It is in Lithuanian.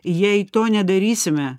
jei to nedarysime